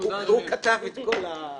הוא כתב את כל ההסתייגויות.